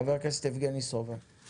חבר הכנסת יבגני סובה, בבקשה.